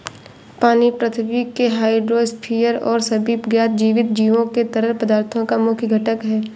पानी पृथ्वी के हाइड्रोस्फीयर और सभी ज्ञात जीवित जीवों के तरल पदार्थों का मुख्य घटक है